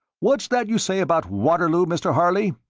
what's that you say about waterloo, mr harley?